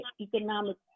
economic